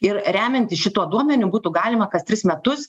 ir remiantis šituo duomeniu būtų galima kas tris metus